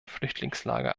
flüchtlingslager